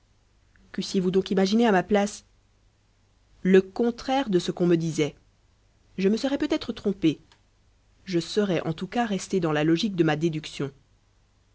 qu'eussiez-vous donc imaginé à ma place le contraire de ce qu'on me disait je me serais peut-être trompé je serais eu tout cas resté dans la logique de ma déduction